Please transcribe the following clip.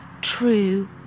True